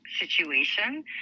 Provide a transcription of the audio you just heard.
situation